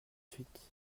suite